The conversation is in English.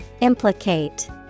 Implicate